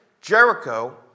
Jericho